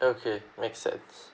okay makes sense